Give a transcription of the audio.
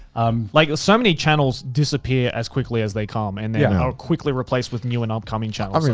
um like so many channels disappear as quickly as they come and they are quickly replaced with new and upcoming channels.